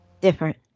Different